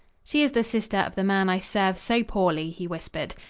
she is the sister of the man i serve so poorly, he whispered.